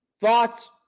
thoughts